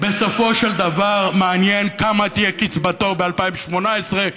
בסופו של דבר מעניין כמה תהיה קצבתו ב-2018,